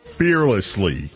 fearlessly